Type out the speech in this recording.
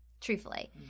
truthfully